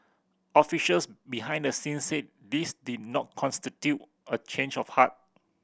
officials behind the scenes said this did not constitute a change of heart